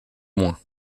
moins